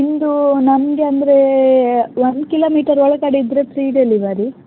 ನಿಮ್ಮದು ನಮಗೆ ಅಂದರೆ ಒಂದು ಕಿಲೋಮೀಟರ್ ಒಳಗಡೆ ಇದ್ದರೆ ಫ್ರೀ ಡೆಲಿವರಿ